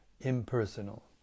impersonal